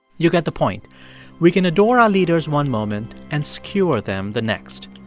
you get the point we can adore our leaders one moment and skewer them the next.